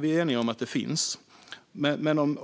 vi håller med om att behovet finns.